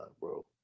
bro